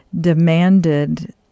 demanded